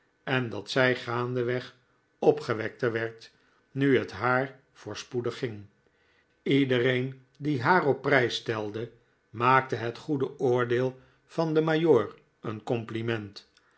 en dat zij gaandeweg opgewekter werd nu het haar voorspoedig ging ledereen die haar op prijs stelde maakte het goede oordeel van den majoor een compliment